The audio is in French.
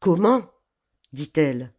comment dit-elle